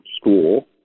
school